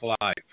life